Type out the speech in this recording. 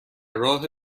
راه